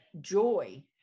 joy